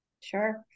Sure